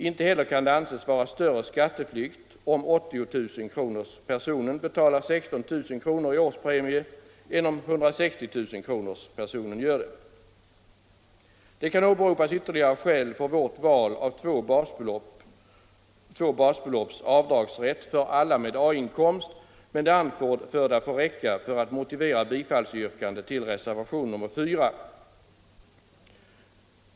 Inte heller kan det anses vara större skatteflykt om 80 000-kronorspersonen betalar 16 000 kr. i årspremie än om 160 000-kronorspersonen gör det. Det kan åberopas ytterligare skäl för vårt val av två basbelopps avdragsrätt för alla med A-inkomst, men det anförda får räcka för att motivera yrkandet om bifall till reservationen 4.